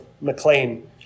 McLean